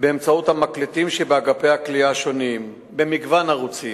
באמצעות המקלטים שבאגפי הכליאה השונים במגוון ערוצים,